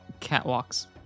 Catwalks